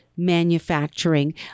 manufacturing